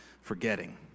forgetting